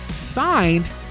signed